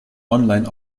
online